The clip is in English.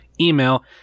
Email